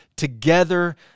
together